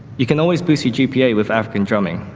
you can always boosts your gpa with african drumming.